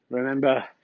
Remember